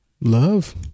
love